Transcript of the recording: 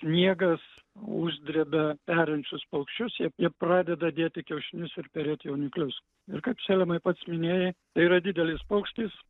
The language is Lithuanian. sniegas uždrėbia perinčius paukščius jie jie pradeda dėti kiaušinius ir perėti jauniklius ir kaip salemai pats minėjai tai yra didelis paukštis